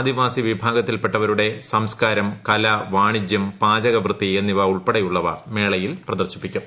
ആദിവാസി വിഭാഗത്തിൽപ്പെട്ടവരുടെ സംസ്കാരം കല പ്രർണ്ണിജ്യം പാചകവൃത്തി എന്നിവ ഉൾപ്പടെയുള്ളവ മേളയിൽ പ്രദർശിപ്പിക്കും